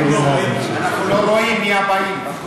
לא רואים מי הבאים.